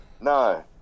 no